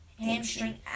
Hamstring